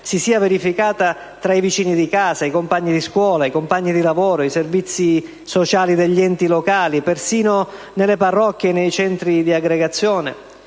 si sia verificata tra i vicini di casa, i compagni di scuola, i compagni di lavoro, i servizi sociali degli enti locali, persino nelle parrocchie e nei centri di aggregazione?